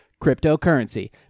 cryptocurrency